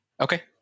Okay